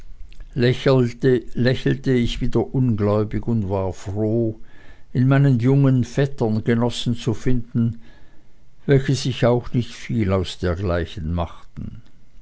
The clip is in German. lächelte ich wieder ungläubig und war froh in meinen jungen vettern genossen zu finden welche sich auch nicht viel aus dergleichen machten